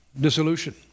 dissolution